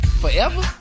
Forever